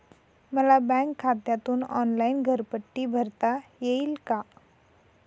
मला बँक खात्यातून ऑनलाइन घरपट्टी भरता येईल का?